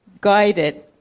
guided